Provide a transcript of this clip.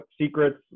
secrets